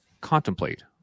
contemplate